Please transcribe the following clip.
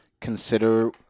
consider